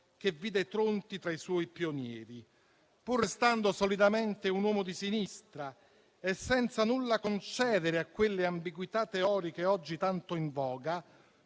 che vide Tronti tra i suoi pionieri: pur restando solidamente un uomo di sinistra e senza nulla concedere a quelle ambiguità teoriche oggi tanto in voga,